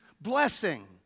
blessing